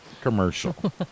Commercial